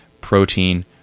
Protein